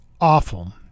awful